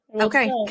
Okay